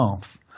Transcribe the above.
half